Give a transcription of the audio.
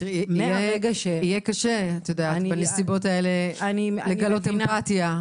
יהיה קשה בנסיבות האלה לגלות אמפתיה.